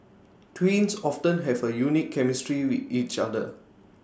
twins often have A unique chemistry with each other